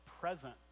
present